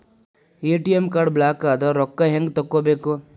ATM card ಬ್ಲಾಕದ್ರ ರೊಕ್ಕಾ ಹೆಂಗ್ ತಕ್ಕೊಬೇಕು?